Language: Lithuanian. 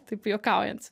taip juokaujant